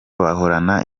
bahorana